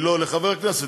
לחבר כנסת,